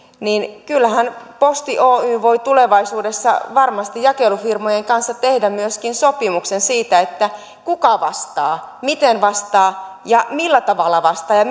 niin kyllähän posti oy voi tulevaisuudessa varmasti jakelufirmojen kanssa tehdä myöskin sopimuksen siitä kuka vastaa miten vastaa ja millä tavalla vastaa ja